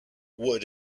wood